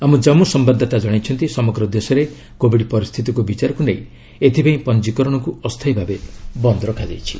ଆମ କୋମ୍ମୁ ସମ୍ଭାଦଦାତା କଣାଇଛନ୍ତି ସମଗ୍ର ଦେଶରେ କୋବିଡ୍ ପରିସ୍ଥିତିକୁ ବିଚାରକୁ ନେଇ ଏଥିପାଇଁ ପଞ୍ଜିକରଣକୁ ଅସ୍ଥାୟୀ ଭାବେ ବନ୍ଦ ରଖାଯାଇଛି